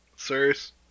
serious